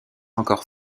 encore